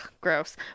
gross